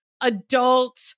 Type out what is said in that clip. adult